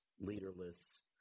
leaderless